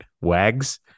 Wags